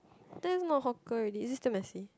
that is not hawker already is this damn messy